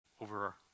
over